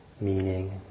meaning